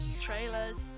Trailers